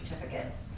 certificates